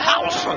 House